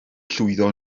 llwyddo